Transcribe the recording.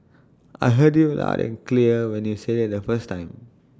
I heard you loud and clear when you said IT the first time